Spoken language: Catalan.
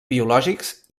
biològics